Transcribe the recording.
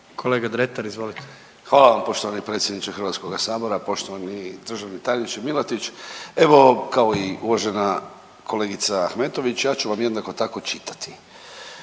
**Dretar, Davor (DP)** Hvala vam poštovani predsjedniče Hrvatskoga sabora. Poštovani državni tajniče Milatić. Evo kao i uvažena kolegica Ahmetović ja ću vam jednako tako čitati,